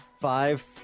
Five